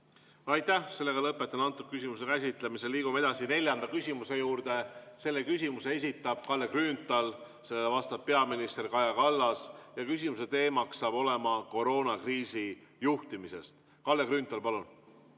Aitäh! Lõpetan antud küsimuse käsitlemise. Liigume edasi neljanda küsimuse juurde. Selle esitab Kalle Grünthal, sellele vastab peaminister Kaja Kallas ja küsimuse teemaks on koroonakriisi juhtimine. Kalle Grünthal, palun!